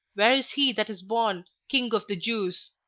where is he that is born king of the jews?